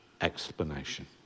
explanation